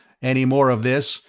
any more of this,